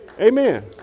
Amen